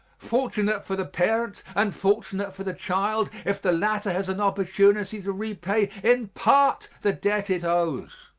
fortunate for the parent and fortunate for the child if the latter has an opportunity to repay in part the debt it owes.